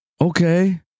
okay